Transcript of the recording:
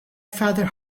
father